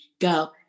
go